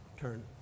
turn